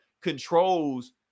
controls